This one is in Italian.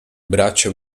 braccio